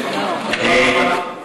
לא, חס וחלילה.